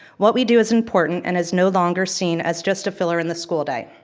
what we do is important, and is no longer seen as just a filler in the school day.